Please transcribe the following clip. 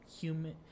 human